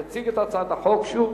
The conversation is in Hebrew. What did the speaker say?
יציג את הצעת החוק, שוב,